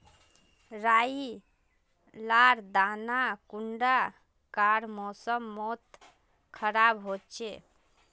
राई लार दाना कुंडा कार मौसम मोत खराब होचए?